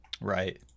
Right